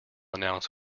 announced